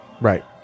Right